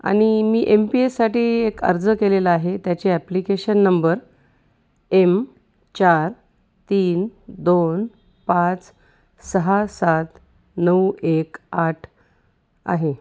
आणि मी M P एससाठी एक अर्ज केलेला आहे त्याचे ॲप्लिकेशन नंबर एम चार तीन दोन पाच सहा सात नऊ एक आठ आहे